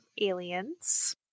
aliens